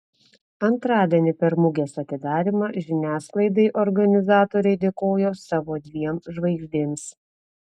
antradienį per mugės atidarymą žiniasklaidai organizatoriai dėkojo savo dviem žvaigždėms